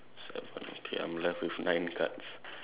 seven okay I'm left with nine cards